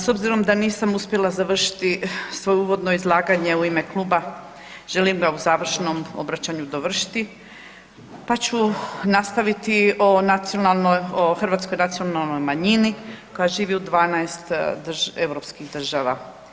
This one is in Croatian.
S obzirom da nisam uspjela završiti svoje uvodno izlaganje u ime kluba, želim ga u završnom obraćanju dovršiti pa ću nastaviti o Hrvatskoj nacionalnoj manjini koja živi u 12 europskih država.